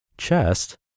chest